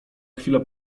chwilę